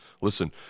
Listen